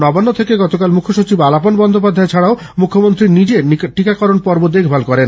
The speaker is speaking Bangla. নবান্ন থেকে গতকাল মুখ্যসচিব আলাপন বন্দ্যোপাধ্যায় ছাড়াও মুখ্যমন্ত্রী নিজে টিকাকরণ পর্ব দেখভাল করেন